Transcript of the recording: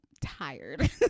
tired